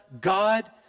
God